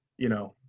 you know,